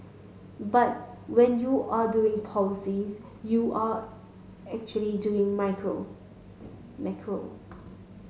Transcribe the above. but when you are doing policies you are actually doing macro